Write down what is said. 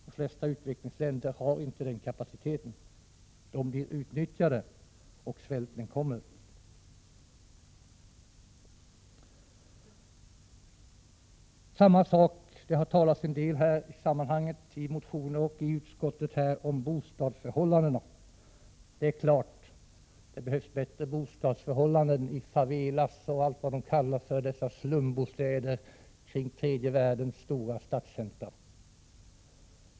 De flesta utvecklingsländer har inte den kapaciteten. De blir utnyttjade, och svälten kommer. I motioner och i utskottsbetänkandet talas om bostadsförhållanden. Det är klart att det behövs bättre bostadsförhållanden i stället för dessa favelas och slumbostäder kring tredje världens stora stadscentra.